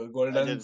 Golden